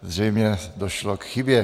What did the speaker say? Zřejmě došlo k chybě.